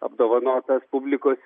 apdovanotas publikos